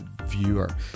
viewer